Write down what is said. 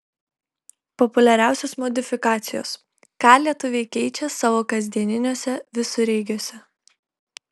populiariausios modifikacijos ką lietuviai keičia savo kasdieniniuose visureigiuose